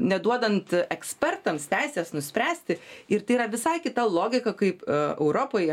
neduodant ekspertams teisės nuspręsti ir tai yra visai kita logika kaip europoje